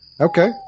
Okay